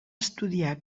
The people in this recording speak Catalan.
estudiar